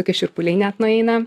tokie šiurpuliai net nueina